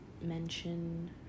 mention